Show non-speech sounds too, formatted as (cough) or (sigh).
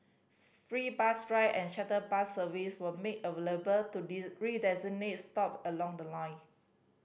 free bus ride and shuttle bus service were made available to these (unintelligible) designated stop along the line